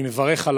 אני מברך על